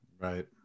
Right